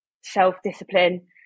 self-discipline